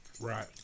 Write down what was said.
Right